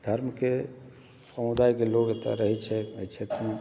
धर्मके समुदायके लोक एतय रहै छै एहि क्षेत्रमे